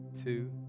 two